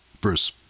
Bruce